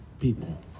people